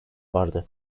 vardı